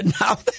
Now